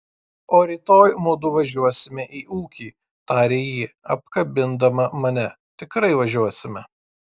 o rytoj mudu važiuosime į ūkį tarė ji apkabindama mane tikrai važiuosime